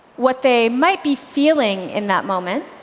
what they might be feeling in that moment,